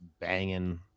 banging